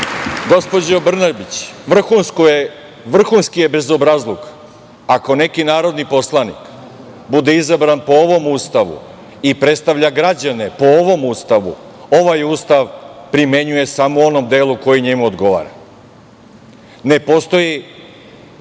Brnabić, vrhunski je bezobrazluk ako neki narodni poslanik bude izabran po ovom Ustavu i predstavlja građane po ovom Ustavu, ovaj Ustav primenjuje samo u onom delu koji samo njemu odgovara. Ne postoji